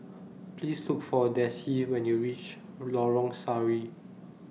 Please Look For Dessie when YOU REACH Lorong Sari